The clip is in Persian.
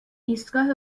ایستگاه